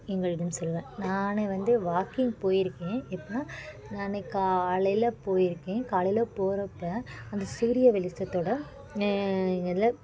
எங்களிடம் சொல்ல நான் வந்து வாக்கிங் போயிருக்கேன் எப்போன்னா நான் காலையில் போயிருக்கேன் காலையில் போறப்போ அந்த சூரிய வெளிச்சத்தோட நே நிலல்